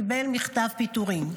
קיבל מכתב פיטורים.